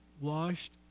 washed